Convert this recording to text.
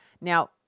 Now